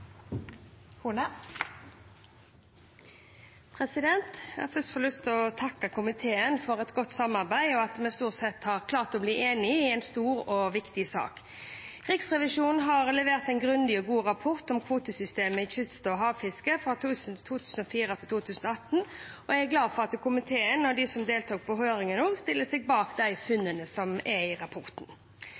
Jeg har først lyst til å takke komiteen for et godt samarbeid og at vi stort sett har klart å bli enig i en stor og viktig sak. Riksrevisjonen har levert en grundig og god rapport om kvotesystemet i kyst- og havfisket fra 2004 til 2018, og jeg er glad for at komiteen og de som deltok på høringen også, stiller seg bak de funnene som er i rapporten.